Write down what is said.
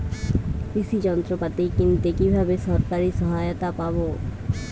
কৃষি যন্ত্রপাতি কিনতে কিভাবে সরকারী সহায়তা পাব?